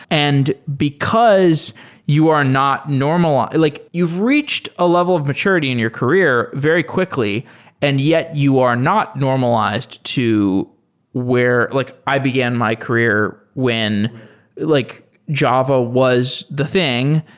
and because you are not normal like you've reached a level of maturity in your career very quickly and yet you are not normalized to where like i began my career when like java was the thing.